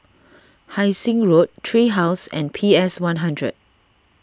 Hai Sing Road Tree House and P S one hundred